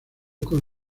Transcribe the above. con